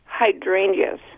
hydrangeas